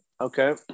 Okay